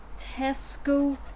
tesco